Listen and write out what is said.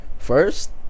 First